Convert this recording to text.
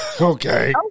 Okay